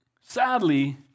sadly